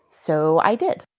so i did